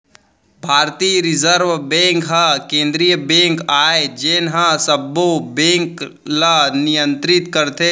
भारतीय reserve bank ह केंद्रीय बेंक आय जेन ह सबो बेंक ल नियतरित करथे